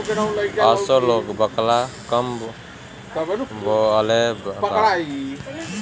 असो लोग बकला कम बोअलेबा